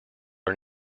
are